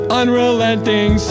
unrelenting